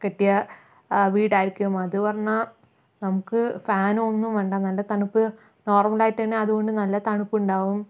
കെട്ടിയ വീടായിരിക്കും അത് പറഞ്ഞാൽ നമുക്ക് ഫാൻ ഒന്നും വേണ്ട നല്ല തണുപ്പ് നോർമൽ ആയിട്ട് തന്നെ അതുകൊണ്ട് നല്ല തണുപ്പുണ്ടാകും